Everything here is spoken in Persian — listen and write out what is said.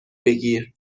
بگیر